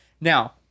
Now